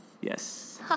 Yes